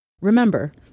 Remember